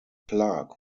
clark